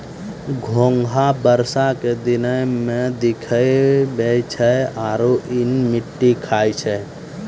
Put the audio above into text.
घोंघा बरसा के दिनोॅ में दिखै छै आरो इ मिट्टी खाय छै